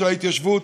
של ההתיישבות,